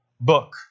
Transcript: book